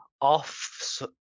off